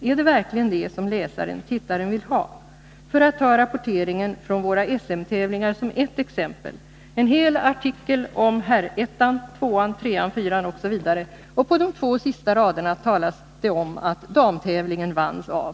Är det verkligen det som läsaren-tittaren vill ha? För att ta rapporteringen från våra SM-tävlingar som ett exempel: En hel artikel om herr-ettan, tvåan, trean, fyran, osv., och på de två sista raderna talas det om att damtävlingen vanns av .